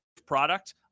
product